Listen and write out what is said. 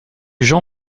jean